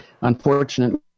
Unfortunately